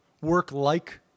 work-like